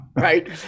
right